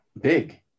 big